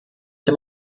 dem